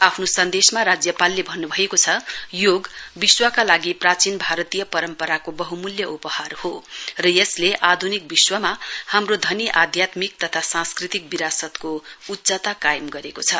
आफ्नो सन्देशमा राज्यपालले भन्न्भएको छ योग विश्वका लागि प्राचीन भारतीय परम्पराको बहमूल्य उपहार हो र यसले आध्निक विश्वमा हाम्रो धनी आध्यात्मिक तथा सांस्कृतिक विरासतको उच्चता कायम गरेको छ